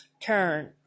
Turn